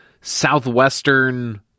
southwestern